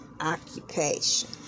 occupation